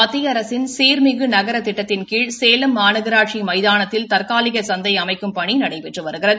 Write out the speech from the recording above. மத்திய அரசின் சீாமிகு நகர திட்டத்தின் கீழ் சேலம் மாநகராட்சி மைதானத்தில் தற்காலிக சந்தை அமைக்கும் பணி நடைபெற்று வருகிறது